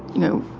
you know,